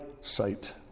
sight